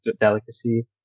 delicacy